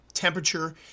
temperature